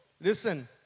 Listen